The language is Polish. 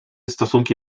stosunki